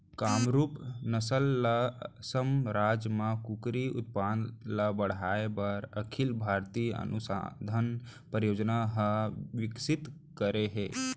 कामरूप नसल ल असम राज म कुकरी उत्पादन ल बढ़ाए बर अखिल भारतीय अनुसंधान परियोजना हर विकसित करे हे